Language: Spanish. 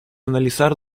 analizar